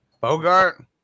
Bogart